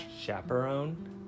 chaperone